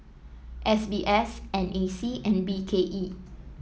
S B S N A C and B K E